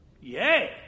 Yay